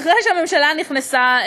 אחרי שהממשלה נבחרה,